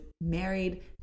married